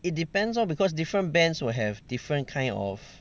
it depends lor because different bands will have different kind of